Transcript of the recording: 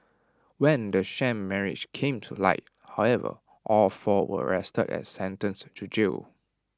when the sham marriage came to light however all four were arrested and sentenced to jail